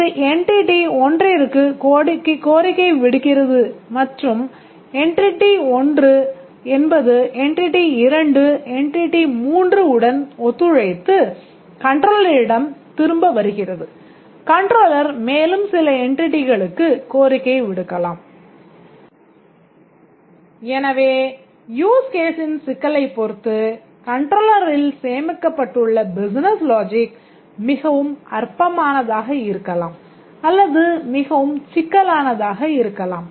இது என்டிட்டி 1 ற்கு கோரிக்கை விடுக்கிறது மற்றும் என்டிட்டி 1 என்பது என்டிட்டி2 என்டிட்டி 3 உடன் ஒத்துழைத்து கண்ட்ரோலரிடம் திரும்ப வருகிறது கண்ட்ரோலர் மேலும் சில என்டிட்டிகளுக்குக் கோரிக்கை விடுக்கலாம் எனவேயூஸ் கேஸின் சிக்கலைப் பொறுத்து கோண்ட்ரோலரில் சேமிக்கப்பட்டுள்ள பிசினஸ் லாஜிக் மிகவும் அற்பமானதாக இருக்கலாம் அல்லது மிகவும் சிக்கலானதாக இருக்கலாம்